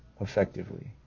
effectively